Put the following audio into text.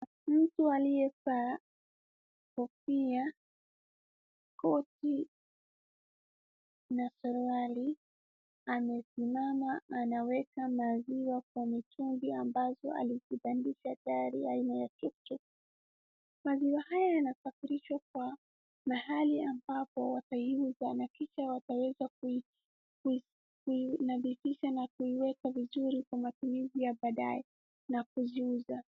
Mtu aliyevaa kofia, koti na suruali, amesimama anaweka maziwa kwa mitungi ambazo ameweka gari aina ya keke. Maziwa haya yanasafirishwa kwa mahali ambapo wasahihi nadhifisha wataweza kuinadhifisha na kuiweka vizuri kwa matumizi ya baadaye na kusiusa.